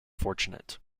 fortunate